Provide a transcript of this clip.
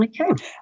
Okay